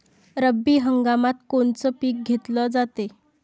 रब्बी हंगामात कोनचं पिक घेतलं जाते?